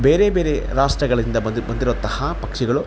ಬೇರೆ ಬೇರೆ ರಾಷ್ಟ್ರಗಳಿಂದ ಬಂದು ಬಂದಿರುವಂತಹ ಪಕ್ಷಿಗಳು